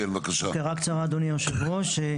סקירה קצרה אדוני, היושב-ראש.